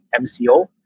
MCO